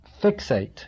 fixate